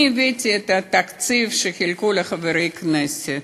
אני הבאתי את התקציב שחילקו לחברי הכנסת,